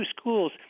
schools